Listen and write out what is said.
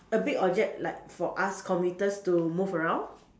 a big object like for us commuters to move around